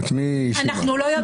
אולי בעלה --- לא,